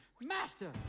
master